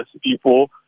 people